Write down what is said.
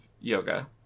yoga